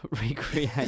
recreate